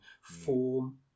form